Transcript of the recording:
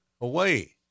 away